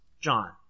John